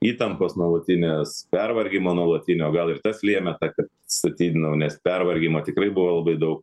įtampos nuolatinės pervargimo nuolatinio gal ir tas lėmė tą kad statydinau nes pervargimo tikrai buvo labai daug